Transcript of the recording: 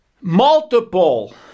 multiple